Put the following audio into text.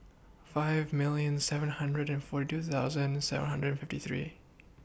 five million seven hundred and forty two thousand seven hundred and fifty three